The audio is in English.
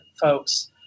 folks